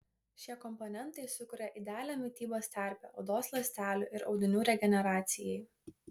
šie komponentai sukuria idealią mitybos terpę odos ląstelių ir audinių regeneracijai